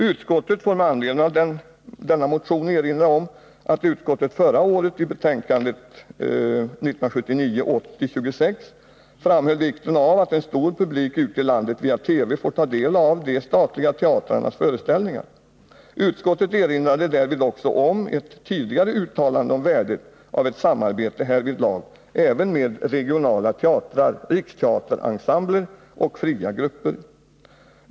Utskottet får med anledning av denna motion erinra om att utskottet förra året i betänkandet 1979/80:26 framhöll vikten av att en stor publik ute i landet via TV får ta del av de statliga teatrarnas föreställningar. Utskottet erinrade därvid också om ett tidigare uttalande om värdet av ett samarbete härvidlag även med regionala teatrar, Riksteaterensembler och fria grupper.